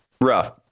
rough